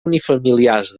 unifamiliars